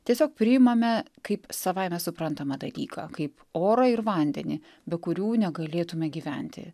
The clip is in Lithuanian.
tiesiog priimame kaip savaime suprantamą dalyką kaip orą ir vandenį be kurių negalėtume gyventi